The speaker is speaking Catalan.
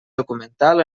documental